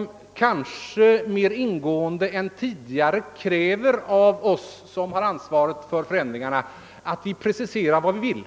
typ av debatt som mer ingående än tidigare kräver att vi som har ansvaret för förändringarna preciserar vad vi vill.